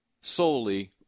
solely